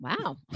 Wow